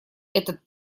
этот